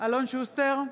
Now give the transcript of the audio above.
אלון שוסטר,